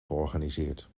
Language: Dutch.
georganiseerd